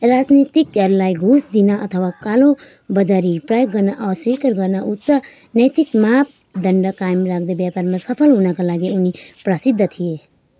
राजनीतिकहरूलाई घुस दिन अथवा कालोबजारी प्रयोग गर्न अस्वीकार गर्न उच्च नैतिक मापदण्ड कायम राख्दै व्यापारमा सफल हुनका लागि उनी प्रसिद्ध थिए